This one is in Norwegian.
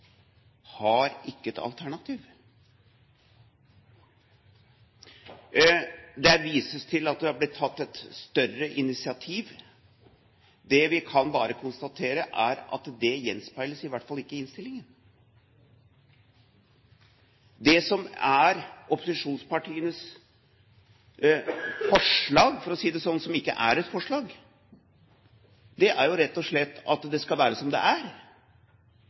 saken ikke har et alternativ. Det vises til at det har blitt tatt et større initiativ. Det vi bare kan konstatere, er at det gjenspeiles i hvert fall ikke i innstillingen. Det som er opposisjonspartienes forslag, for å si det sånn, som ikke er et forslag, er rett og slett at det skal være som det er.